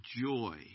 joy